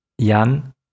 Jan